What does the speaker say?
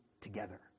together